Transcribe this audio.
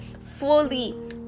fully